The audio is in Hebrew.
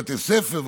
בבתי ספר,